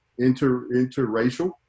interracial